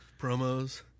promos